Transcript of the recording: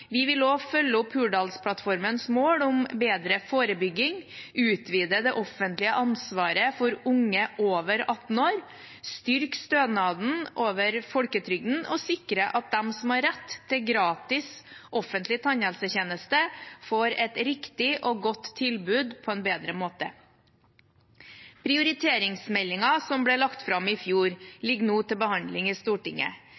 Vi vil også følge opp Hurdalplattformens mål om bedre forebygging, utvide det offentlige ansvaret for unge over 18 år, styrke stønaden over folketrygden og sikre at de som har rett til gratis offentlig tannhelsetjeneste, får et riktig og godt tilbud på en bedre måte. Prioriteringsmeldingen som ble lagt fram i